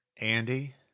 Andy